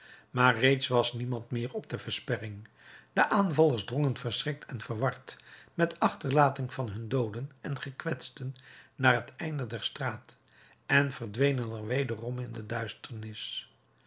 maar reeds was niemand meer op de versperring de aanvallers drongen verschrikt en verward met achterlating van hun dooden en gekwetsten naar het einde der straat en verdwenen er wederom in de duisternis